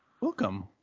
Welcome